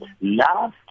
love